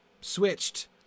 switched